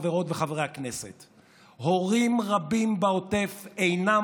חברות וחברי הכנסת: הורים רבים בעוטף אינם